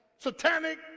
Satanic